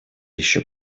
еще